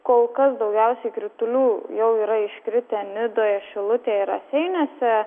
kol kas daugiausiai kritulių jau yra iškritę nidoj šilutėj ir raseiniuose